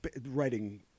writing